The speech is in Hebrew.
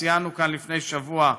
שציינו כאן לפני שבוע,